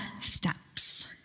steps